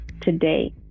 today